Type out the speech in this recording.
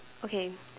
okay